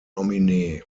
nominee